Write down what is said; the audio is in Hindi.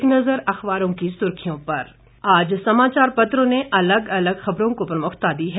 एक नज़र अखबारों की सुर्खियों पर आज समाचार पत्रों ने अलग अलग खबरों को प्रमुखता दी है